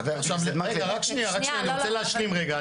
אני רוצה להשלים רגע,